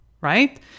right